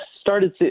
started